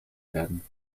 werden